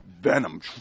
venom